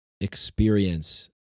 experience